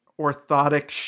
orthotic